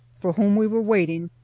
for whom we were waiting,